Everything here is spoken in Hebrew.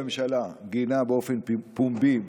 ראש הממשלה גינה באופן פומבי,